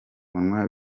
munwa